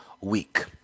week